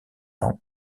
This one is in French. ans